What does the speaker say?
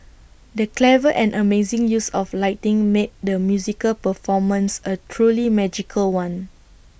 the clever and amazing use of lighting made the musical performance A truly magical one